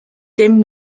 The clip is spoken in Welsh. dim